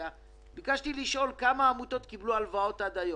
ביקשתי לשאול כמה עמותות קיבלו הלוואות עד היום,